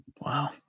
Wow